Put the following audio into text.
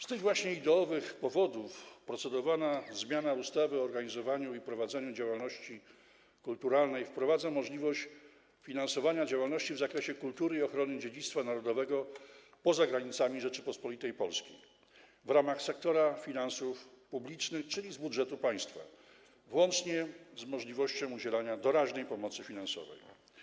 Z tych właśnie ideowych powodów procedowana zmiana ustawy o organizowaniu i prowadzeniu działalności kulturalnej wprowadza możliwość finansowania działalności w zakresie kultury i ochrony dziedzictwa narodowego poza granicami Rzeczypospolitej Polskiej w ramach sektora finansów publicznych, czyli z budżetu państwa, włącznie z możliwością udzielania doraźnej pomocy finansowej.